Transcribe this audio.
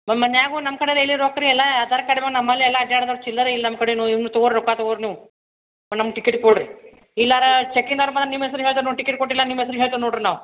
ನಮ್ಮ ಮನೆಯಾಗು ನಮ್ಕಡೆ ಲೆರಿ ರೊಕ್ಕ ರೀ ಎಲ್ಲ ನಮ್ಮಲ್ಲೆಲ್ಲ ಅಡ್ಡಾಡೋದು ಚಿಲ್ಲರೆ ಇಲ್ಲ ನಮ್ಕಡೆನು ಇವ್ನ ತಗೋ ರೊಕ್ಕ ತಗೋರಿ ನೀವು ನಮ್ಮ ಟಿಕೆಟು ಕೊಡ್ರಿ ಇಲ್ಲಾರ ಚೆಕಿನ್ ಅವ್ರು ಬಂದು ನಿಮ್ಮ ಹೆಸ್ರು ಹೇಳ್ದ ನೋಡಿ ಟಿಕೆಟ್ ಕೊಟ್ಟಿಲ್ಲಾ ನಿಮ್ಮ ಹೆಸ್ರು ಹೇಳ್ತೇವೆ ನೋಡ್ರಿ ನಾವು